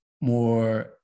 more